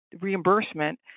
reimbursement